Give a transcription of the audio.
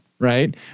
Right